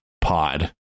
pod